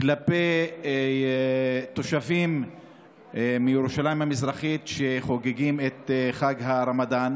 כלפי תושבים מירושלים המזרחית שחוגגים את חג הרמדאן,